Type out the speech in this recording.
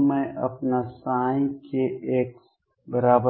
तो मैं अपना kxn